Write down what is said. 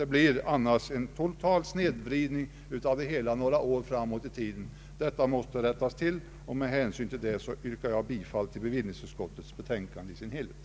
Det blir annars en total snedvridning av situationen några år framåt i tiden. Saken måste rättas till, och därför yrkar jag, herr talman, bifall till bevillningsutskottets betänkande i dess helhet.